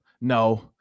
No